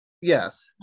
yes